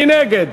מי נגד?